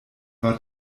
war